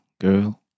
Girl